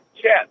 chat